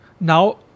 Now